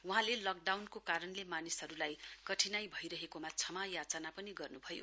वहाँले लकडाउनको कारणले मानिसहरुलाई कठिनाई भइरहेकोमा क्षमा याचना पनि गर्नुभयो